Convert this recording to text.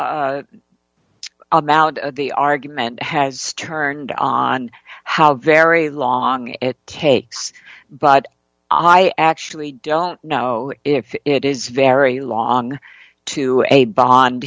about the argument has turned on how very long it takes but i actually don't know if it is very long to a bond